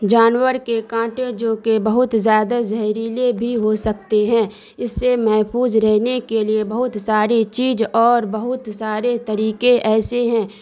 جانور کے کانٹے جوکہ بہت زیادہ زہریلے بھی ہو سکتے ہیں اس سے محفوظ رہنے کے لیے بہت ساری چیز اور بہت سارے طریقے ایسے ہیں